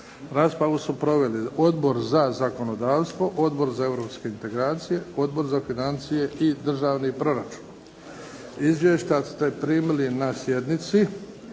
Raspravu su proveli Odbor za zakonodavstvo, Odbor za europske integracije, Odbor za financije i državni proračun. Izvješća ste primili na sjednici.